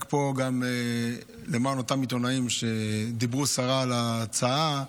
רק למען אותם עיתונאים שדיברו סרה על ההצעה,